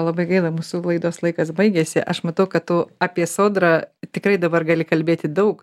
labai gaila mūsų laidos laikas baigėsi aš matau kad tu apie sodrą tikrai dabar gali kalbėti daug